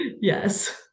yes